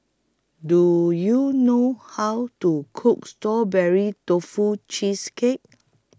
Do YOU know How to Cook Strawberry Tofu Cheesecake